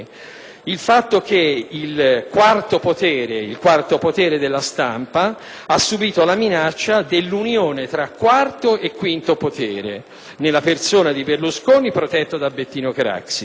Il fatto che il quarto potere della stampa ha subito la minaccia dell'unione tra quarto e quinto potere nella persona di Berlusconi protetto da Bettino Craxi.